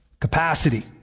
capacity